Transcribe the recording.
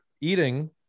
eating